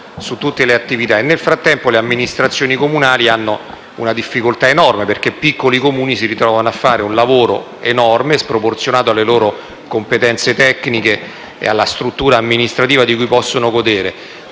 nel frattempo le amministrazioni comunali hanno una difficoltà enorme, perché piccoli Comuni si ritrovano a fare un lavoro enorme, sproporzionato alle loro competenze tecniche e alla struttura amministrativa di cui possono godere.